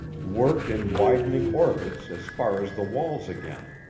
worked in widening orbits as far as the walls again.